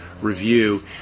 Review